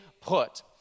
put